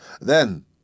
Then